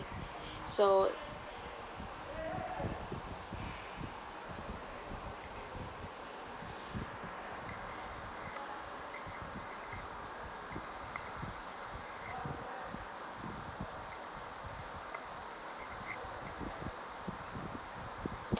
so